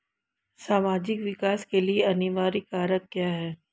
सामाजिक विकास के लिए अनिवार्य कारक क्या है?